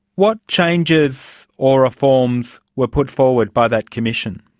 what changes or reforms were put forward by that commission?